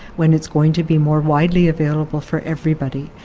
when it's going to be more widely available for everybody.